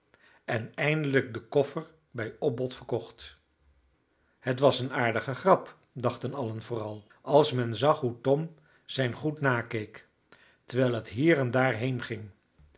en eindelijk de koffer bij opbod verkocht het was een aardige grap dachten allen vooral als men zag hoe tom zijn goed nakeek terwijl het hier en